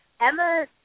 Emma